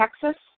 Texas